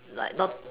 like no~